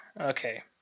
Okay